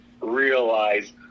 realize